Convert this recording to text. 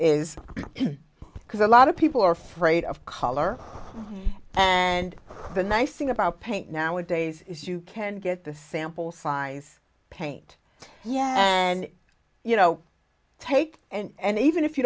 because a lot of people are afraid of color and the nice thing about paint nowadays is you can get the sample size paint yeah and you know take and even if you